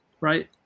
right